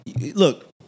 Look